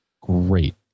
great